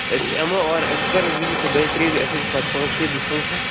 أسۍ یِمو اور أسۍ کَرو وِزِٹ دۄیہِ ترٛےٚ دۄہہِ اَسہِ حظ چھُ پتہِ پانٛژھِ شیٚیہِ دۄہۍ فنٛکشن